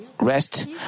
rest